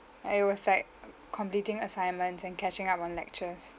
and it was like completing assignments and catching up on lectures